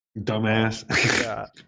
Dumbass